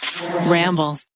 Ramble